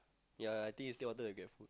ya I think you still want to get food